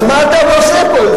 זה לא ירושלים, אז מה אתה עושה פה?